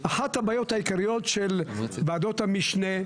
אחת הבעיות העיקריות של וועדות המשנה,